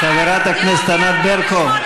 ככה הוא קורא לעצמו.